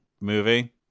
movie